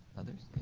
others?